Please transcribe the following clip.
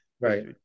Right